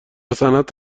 صنعت